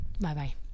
Bye-bye